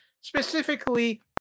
specifically